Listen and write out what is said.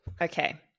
okay